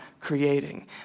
creating